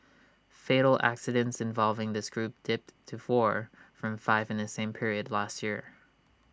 fatal accidents involving this group dipped to four from five in the same period last year